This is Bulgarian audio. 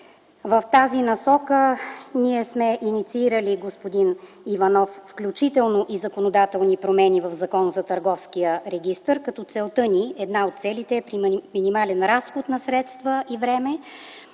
В тази насока ние сме инициирали, господин Иванов, включително и законодателни промени в Закона за Търговския регистър. Една от целите ни е при минимален разход на средства и време